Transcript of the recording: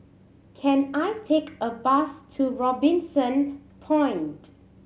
can I take a bus to Robinson Point